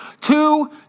Two